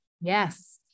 Yes